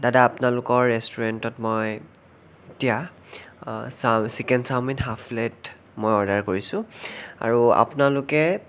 দাদা আপোনালোকৰ ৰেষ্টুৰেণ্টত মই এতিয়া চিকেন চাওমিন হাফ্ প্লেট মই অৰ্ডাৰ কৰিছোঁ আৰু আপোনালোকে